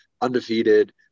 undefeated